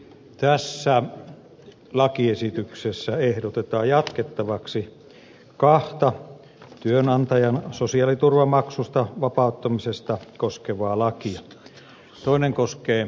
tässä lakiesityksessä ehdotetaan jatkettavaksi kahta työnantajan sosiaaliturvamaksusta vapauttamista koskevaa lakia